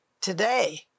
today